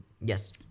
Yes